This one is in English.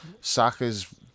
Saka's